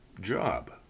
job